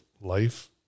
life